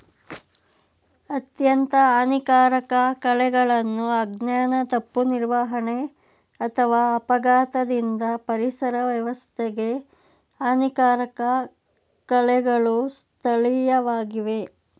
ಅತ್ಯಂತ ಹಾನಿಕಾರಕ ಕಳೆಗಳನ್ನು ಅಜ್ಞಾನ ತಪ್ಪು ನಿರ್ವಹಣೆ ಅಥವಾ ಅಪಘಾತದಿಂದ ಪರಿಸರ ವ್ಯವಸ್ಥೆಗೆ ಹಾನಿಕಾರಕ ಕಳೆಗಳು ಸ್ಥಳೀಯವಾಗಿವೆ